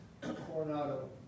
Coronado